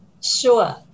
Sure